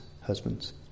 husbands